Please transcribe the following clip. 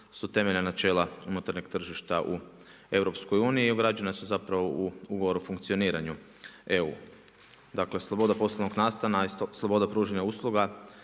su temeljna načela unutarnjeg tržišta u EU i ugrađena su zapravo u ugovor o funkcioniranju EU. Dakle, sloboda poslovnog nastana i sloboda pružanja usluga